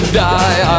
die